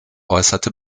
äußerte